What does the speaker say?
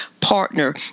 partner